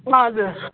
हजुर